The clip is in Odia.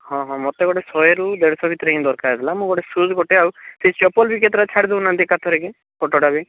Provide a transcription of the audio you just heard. ହଁ ହଁ ମତେ ଗୋଟେ ଶହେରୁ ଦେଢ଼ଶହ ଭିତରେ ହିଁ ଦରକାର ଥିଲା ମୁଁ ଗୋଟେ ସୁଜ୍ ଗୋଟେ ଆଉ ସେ ଚପଲ ବି କେତେଟା ଛାଡ଼ି ଦେଉନାହାନ୍ତି ଏକାଥରକେ ଫଟୋଟା ବି